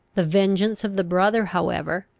the vengeance of the brother however,